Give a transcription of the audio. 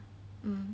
mm